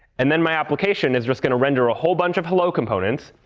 and then my application is just going to render a whole bunch of hello components,